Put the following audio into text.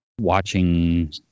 watching